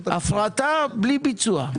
הפרטה בלי ביצוע,